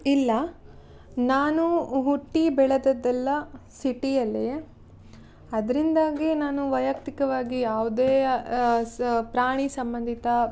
ಇಲ್ಲ ನಾನು ಹುಟ್ಟಿ ಬೆಳೆದದ್ದೆಲ್ಲ ಸಿಟಿಯಲ್ಲೇ ಅದರಿಂದಾಗಿ ನಾನು ವೈಯಕ್ತಿಕವಾಗಿ ಯಾವುದೇ ಸ ಪ್ರಾಣಿ ಸಂಬಂಧಿತ